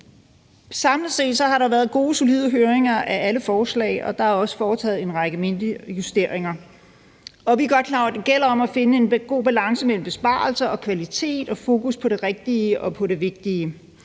Samlet set har der været gode, solide høringer af alle forslag, og der er også foretaget en række mindre justeringer. Vi er godt klar over, at det gælder om at finde en god balance mellem besparelser, kvalitet og fokus på det rigtige og på det vigtige.